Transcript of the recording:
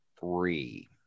Three